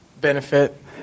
benefit